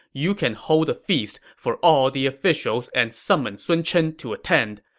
you can hold a feast for all the officials and summon sun chen to attend.